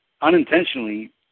unintentionally